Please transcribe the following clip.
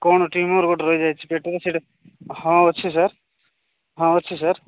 କ'ଣ ଟ୍ୟୁମର୍ ଗୋଟେ ରହିଯାଇଛି ପେଟରେ ସେଇଟା ହଁ ଅଛି ସାର୍ ହଁ ଅଛି ସାର୍